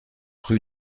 rue